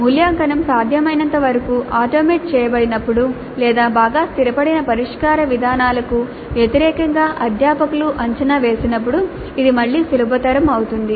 మూల్యాంకనం సాధ్యమైనంతవరకు ఆటోమేట్ చేయబడినప్పుడు లేదా బాగా స్థిరపడిన పరిష్కార విధానాలకు వ్యతిరేకంగా అధ్యాపకులు అంచనా వేసినప్పుడు ఇది మళ్ళీ సులభతరం అవుతుంది